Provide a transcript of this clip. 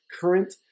current